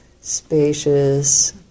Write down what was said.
spacious